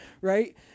right